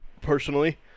personally